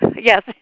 Yes